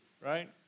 right